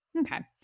okay